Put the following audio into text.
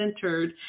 centered